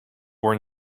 were